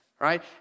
right